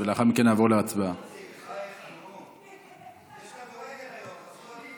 אותם עובדים שיישארו מחוץ לשוק העבודה יגיעו בעיקר מענפים מסוימים